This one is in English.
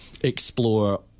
explore